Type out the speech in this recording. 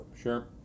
Sure